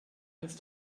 als